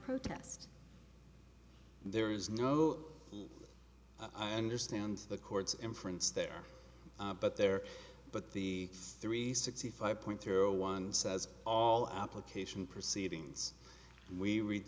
protest there is no i understand the court's inference there but there but the three sixty five point three zero one says all application proceedings we rea